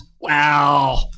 wow